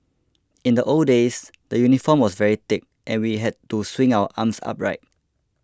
in the old days the uniform was very thick and we had to swing our arms upright